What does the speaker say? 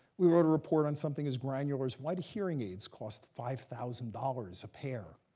we wrote a report on something as granular as, why do hearing aids cost five thousand dollars a pair,